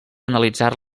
analitzar